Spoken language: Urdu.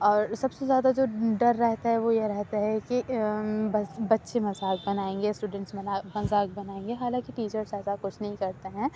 اور سب سے زیادہ جو ڈر رہتا ہے وہ یہ رہتا ہے کہ بس بچے مذاق بنائیں گے اسٹوڈنٹس مذاق بنائیں گے حالانکہ ٹیچر صاحبہ کچھ نہیں کرتے ہیں